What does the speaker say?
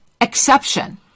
exception